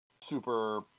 super